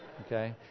Okay